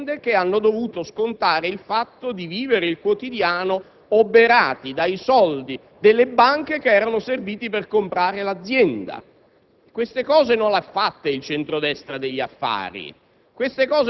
con una patologia iniziale permanente delle loro aziende che hanno dovuto scontare il fatto di vivere il quotidiano oberati dai soldi delle banche che erano serviti per comprare l'azienda.